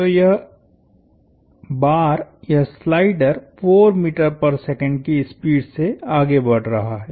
तो यह बार यह स्लाइडरकी स्पीड से आगे बढ़ रहा है